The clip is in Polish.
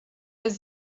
jest